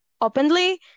openly